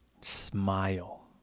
smile